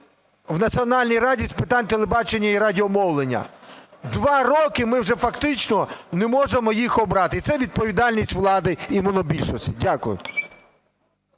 в Національній раді з питань телебачення і радіомовлення. Два роки ми вже фактично не можемо їх обрати і це відповідальність влади і монобільшості. Дякую.